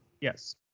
Yes